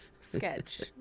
sketch